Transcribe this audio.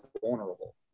vulnerable